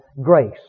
grace